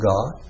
God